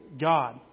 God